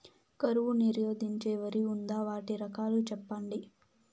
కరువు నిరోధించే వరి ఉందా? వాటి రకాలు చెప్పండి?